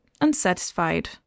unsatisfied